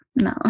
No